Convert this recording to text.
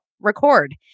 record